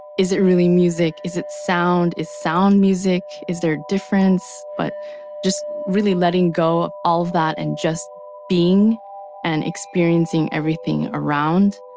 is it really music? is it sound? is sound music? is there a difference? but just really letting go of all of that, and just being and experiencing everything around,